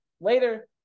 later